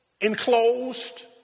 enclosed